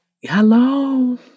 Hello